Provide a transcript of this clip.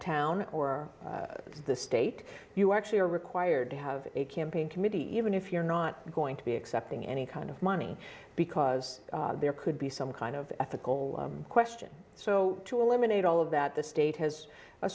town or the state you actually are required to have a campaign committee even if you're not going to be accepting any kind of money because there could be some kind of ethical question so to eliminate all of that the state has a